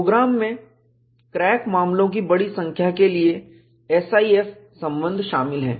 programme में crack मामलों की बड़ी संख्या के लिए SIF संबंध शामिल है